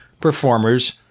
performers